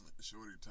shorty